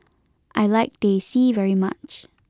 I like Teh C very much